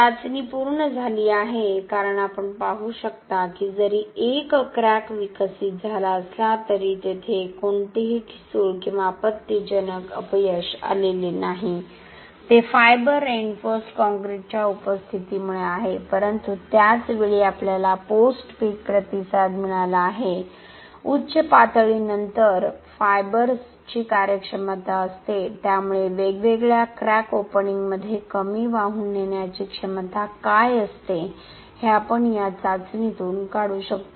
चाचणी पूर्ण झाली आहे कारण आपण पाहू शकता की जरी एक क्रॅक विकसित झाला असला तरी तेथे कोणतेही ठिसूळ किंवा आपत्तीजनक अपयश आले नाही ते फायबर रिइन्फोर्सड कॉंक्रिटच्या उपस्थितीमुळे आहे परंतु त्याच वेळी आपल्याला पोस्ट पीक प्रतिसाद मिळाला आहे उच्च पातळीनंतर फायबर्सची कार्यक्षमता असते त्यामुळे वेगवेगळ्या क्रॅक ओपनिंगमध्ये कमी वाहून नेण्याची क्षमता काय असते हे आपण या चाचणीतून काढू शकतो